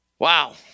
Wow